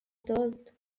told